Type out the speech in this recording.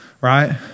right